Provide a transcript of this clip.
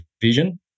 vision